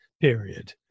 period